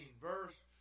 verse